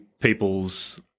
people's